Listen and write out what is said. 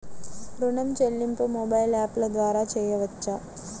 ఋణం చెల్లింపు మొబైల్ యాప్ల ద్వార చేయవచ్చా?